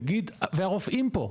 והרופאים פה,